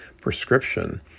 prescription